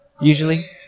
usually